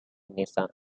nissan